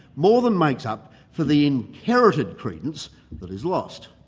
more than makes up for the inherited credence that is lost.